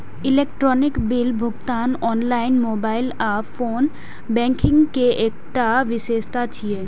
electronic bill भुगतान online, mobile आ phone banking के एकटा विशेषता छियै